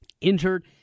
Injured